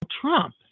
Trump